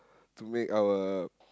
to make our